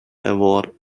award